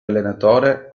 allenatore